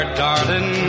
darling